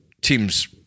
teams